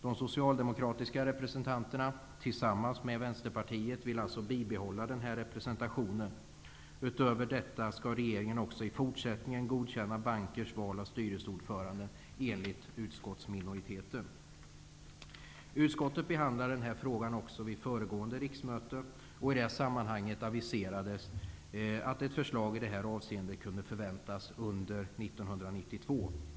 De socialdemokratiska representanterna tillsammans med Vänsterpartiet vill alltså bibehålla denna representation. Utöver detta skall regeringen också i fortsättningen godkänna bankers val av styrelseordföranden, enligt uskottsminoriteten. Utskottet behandlade denna fråga också vid föregående riksmöte, och i det sammanhanget aviserades att ett förslag i detta avseende kunde förväntas under 1992.